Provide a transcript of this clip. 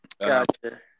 Gotcha